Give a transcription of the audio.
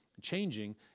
changing